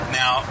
now